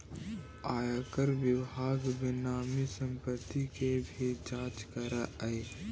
आयकर विभाग बेनामी संपत्ति के भी जांच करऽ हई